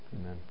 Amen